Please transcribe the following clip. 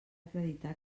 acreditar